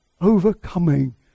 Overcoming